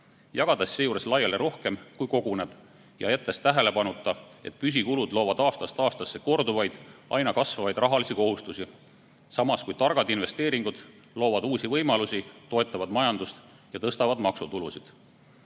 jagades seejuures laiali rohkem, kui koguneb ja jättes tähelepanuta, et püsikulud loovad aastast aastasse korduvaid ja aina kasvavaid rahalisi kohustusi. Samas loovad targad investeeringud uusi võimalusi, toetavad majandust ja tõstavad maksutulusid. Riigi